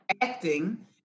acting